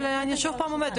אבל אני שוב פעם אומרת,